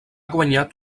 guanyat